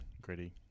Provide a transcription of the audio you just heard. gritty